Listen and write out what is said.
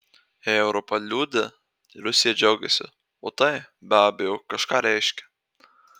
jei europa liūdi rusija džiaugiasi o tai be abejo kažką reiškia